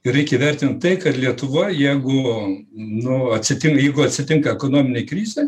ir reikia vertint tai kad lietuva jeigu nu atsitin jeigu atsitinka ekonominė krizė